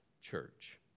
church